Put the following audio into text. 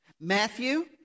Matthew